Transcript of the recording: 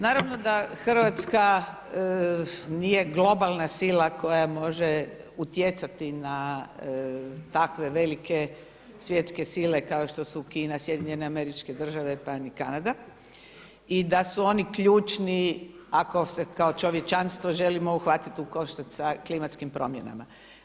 Naravno da Hrvatska nije globalna sila koja može utjecati na takve velike svjetske sile kao što su Kina, SAD, pa ni Kanada i da su oni ključni ako se kao čovječanstvo želimo uhvatiti u koštac sa klimatskim promjenama.